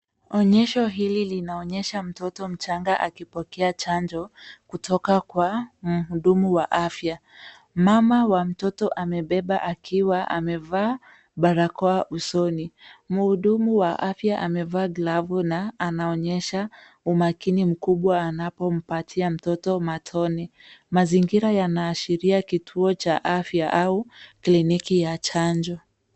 Onyesho hili linaonyesha mtoto mchanga akipokea chanjo kutoka kwa mhudumu wa afya. Mama wa mtoto amebeba akiwa amevaa barakoa usoni. Mhudumu wa afya amevaa glavu na anaonyesha umakini mkubwa anapompatia mtoto matone. Mazingira yanaashiria kituo cha afya au kliniki ya chanjo.